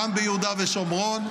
גם ביהודה ושומרון,